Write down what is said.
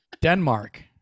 Denmark